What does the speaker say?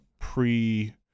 pre